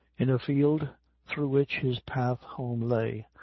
in a field through which his path home lay,